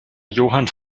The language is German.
johann